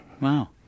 Wow